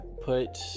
put